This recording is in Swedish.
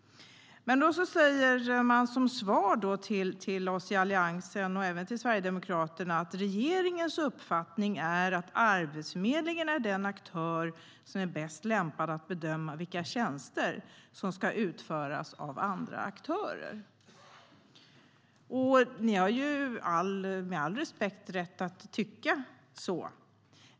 Som svar till oss i Alliansen och även Sverigedemokraterna säger man: Regeringens uppfattning är att Arbetsförmedlingen är den aktör som är bäst lämpad att bedöma vilka tjänster som ska utföras av andra aktörer. Ni har med all respekt rätt att tycka så.